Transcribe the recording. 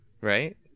right